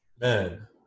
Man